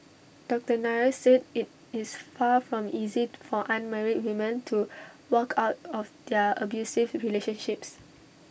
doctor Nair said IT is far from easy to for unmarried women to walk out of their abusive relationships